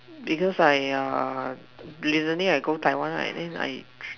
because I err recently I go Taiwan right then I